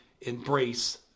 embrace